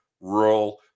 rural